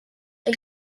ein